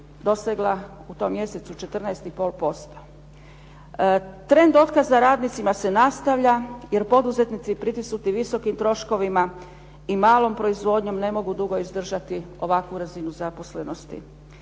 dosegla u tom mjesecu 14,5%. Trend otkaza radnicima se nastavlja jer poduzetnici pritisnuti visokim troškovima i malom proizvodnjom ne mogu dugo izdržati ovakvu razinu zaposlenosti.